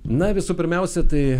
na visų pirmiausia tai